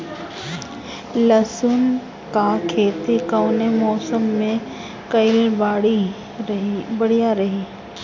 लहसुन क खेती कवने मौसम में कइल बढ़िया रही?